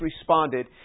responded